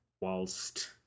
whilst